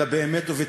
אלא באמת ובתמים.